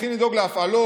צריכים לדאוג להפעלות,